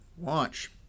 launch